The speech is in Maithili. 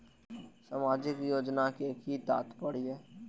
सामाजिक योजना के कि तात्पर्य?